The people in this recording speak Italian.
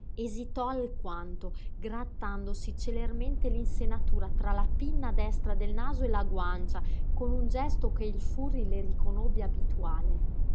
esitò alquanto grattandosi celermente l'insenatura tra la pinna destra del naso e la guancia con un gesto che il furri le riconobbe abituale